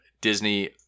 Disney